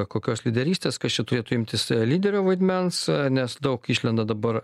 kokios lyderystės kas čia turėtų imtis lyderio vaidmens nes daug išlenda dabar